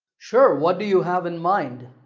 sure, what do you have in mind?